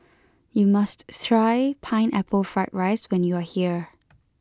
you must try pineapple fried rice when you are here